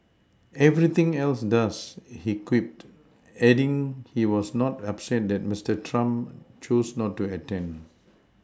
everything else does he quipped adding he was not upset that Mister Trump chose not to attend